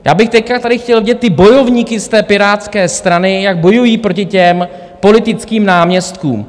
Já bych teď tady chtěl vidět bojovníky té Pirátské strany, jak bojují proti těm politickým náměstkům.